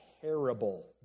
terrible